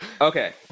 Okay